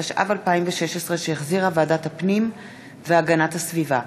התשע"ו 2016, שהחזירה ועדת הפנים והגנת הסביבה.